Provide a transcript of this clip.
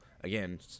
Again